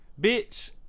Bitch